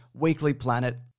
weeklyplanet